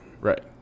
right